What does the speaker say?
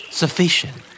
sufficient